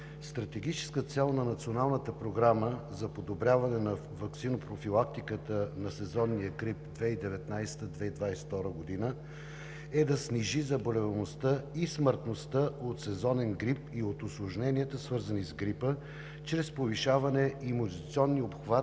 стратегическата цел на Националната програма за подобряване на ваксинопрофилактиката на сезонния грип 2019 – 2022 г. е да снижи заболеваемостта и смъртността от сезонен грип и от усложненията, свързани с грипа, чрез повишаване имунизационния обхват